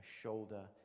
shoulder